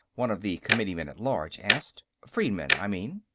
one of the committeemen-at-large asked. freedmen, i mean?